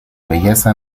belleza